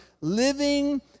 living